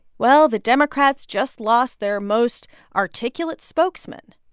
well, the democrats just lost their most articulate spokesman.